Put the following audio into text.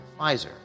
Pfizer